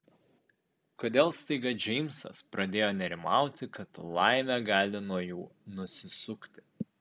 kodėl staiga džeimsas pradėjo nerimauti kad laimė gali nuo jų nusisukti